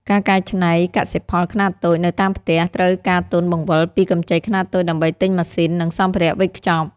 ការកែច្នៃកសិផលខ្នាតតូចនៅតាមផ្ទះ ត្រូវការទុនបង្វិលពីកម្ចីខ្នាតតូចដើម្បីទិញម៉ាស៊ីន និងសម្ភារៈវេចខ្ចប់។